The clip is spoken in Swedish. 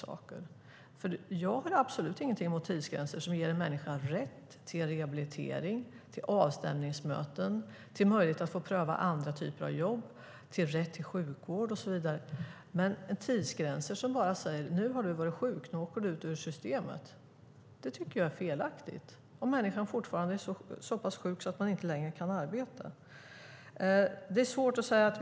Jag har absolut ingenting emot tidsgränser som ger människor rätt till rehabilitering, avstämningsmöten, sjukvård och så vidare och ger dem möjlighet att pröva andra typer av jobb. Men om människan fortfarande är så sjuk att hon inte längre kan arbeta tycker jag att det är felaktigt med tidsgränser som bara säger: Nu har du varit sjuk. Nu åker du ut ur systemet.